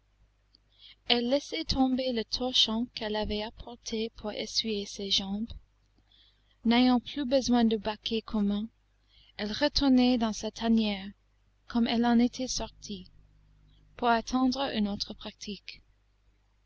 elle laissait tomber le torchon qu'elle avait apporté pour essuyer ses jambes n'ayant plus besoin du baquet commun elle retournait dans sa tanière comme elle en était sortie pour attendre une autre pratique